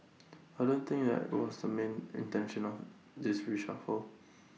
I don't think that was the main intention of this reshuffle